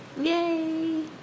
Yay